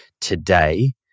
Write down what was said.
today